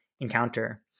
encounter